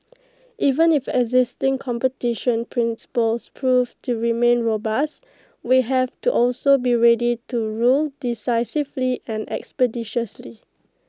even if existing competition principles prove to remain robust we have to also be ready to rule decisively and expeditiously